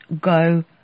go